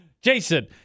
Jason